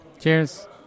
Cheers